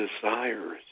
desires